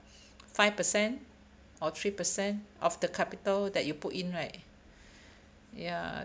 five percent or three percent of the capital that you put in right ya